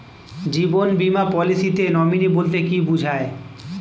জীবন বীমা পলিসিতে নমিনি বলতে কি বুঝায়?